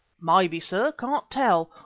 maybe, sir, can't tell.